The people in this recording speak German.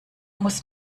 muss